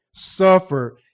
suffer